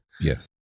Yes